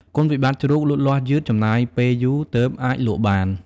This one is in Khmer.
គុណវិបត្តិជ្រូកលូតលាស់យឺត ចំណាយពេលយូរទើបអាចលក់បាន។